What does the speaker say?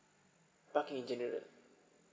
parking in general